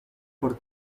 por